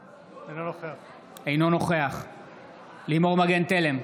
אינו נוכח לימור מגן תלם,